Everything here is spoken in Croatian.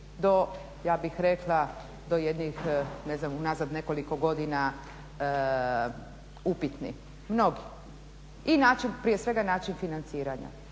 načine bili do jednih, unazad nekoliko godina upitni, mnogi i prije svega način financiranja